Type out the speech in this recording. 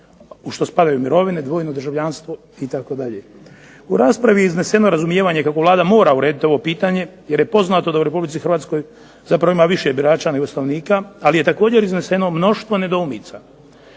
u što spadaju mirovine, dvojno državljanstvo itd. U raspravi je izneseno razumijevanje kako Vlada mora urediti ovo pitanje, jer je poznato da u Republici Hrvatskoj zapravo ima više birača nego stanovnika, ali je također izneseno mnoštvo nedoumica,